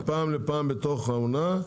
"מפעם לפעם בתוך העונה,